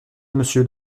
monsieur